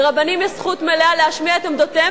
לרבנים יש זכות מלאה להשמיע את עמדותיהם